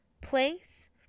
place